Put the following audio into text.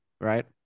right